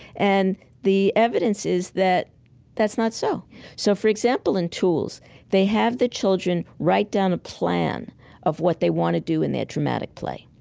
and the evidence is that that's not so so for example, in tools they have the children write down a plan of what they want to do in their dramatic play.